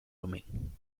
roaming